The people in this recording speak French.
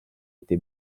été